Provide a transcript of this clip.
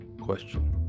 question